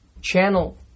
channel